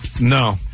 No